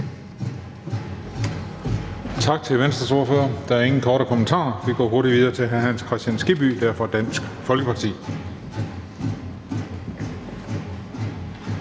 Tak til Venstres ordfører. Der er ingen korte bemærkninger, og vi går hurtigt videre til hr. Hans Kristian Skibby, der er fra Dansk Folkeparti.